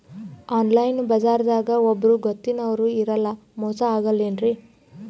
Online ಬಜಾರದಾಗ ಒಬ್ಬರೂ ಗೊತ್ತಿನವ್ರು ಇರಲ್ಲ, ಮೋಸ ಅಗಲ್ಲೆನ್ರಿ?